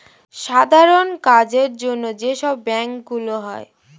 সাধারণ কাজের জন্য যে সব ব্যাংক গুলো হয়